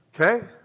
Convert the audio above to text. Okay